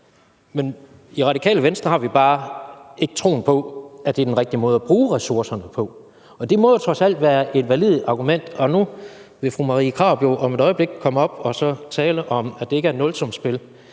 Men i Det Radikale Venstre har vi bare ikke troen på, at det er den rigtige måde at bruge ressourcerne på, og det må jo trods alt være et validt argument. Nu vil fru Marie Krarup jo om et øjeblik komme herop og tale om, at det ikke er et nulsumsspil.